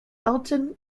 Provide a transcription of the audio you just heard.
alton